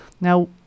Now